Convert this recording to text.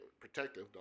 Protective